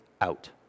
out